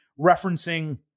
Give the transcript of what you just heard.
referencing